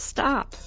Stop